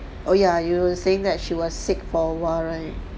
oh ya you were saying that she was sick for awhile right